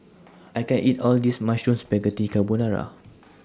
I can't eat All This Mushroom Spaghetti Carbonara